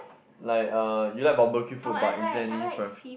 like uh you like barbeque food but is there any prefer~